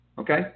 Okay